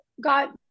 got